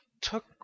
took